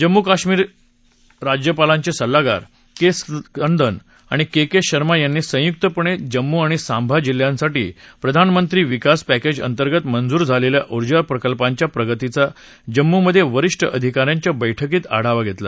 जम्मू आणि काश्मीरच्या राज्यपालांचे सल्लागार के स्कंदन आणि के के शर्मा यांनी संयुक्तपणे जम्मू आणि सांबा जिल्ह्यांसाठी प्रधानगंत्री विकास पक्रिज अंतर्गत मंजूर झालेल्या उर्जा प्रकल्पांच्या प्रगतीचा जम्मूमध्ये वरिष्ठ अधिकाऱ्यांच्या बैठकीत आढावा घेतला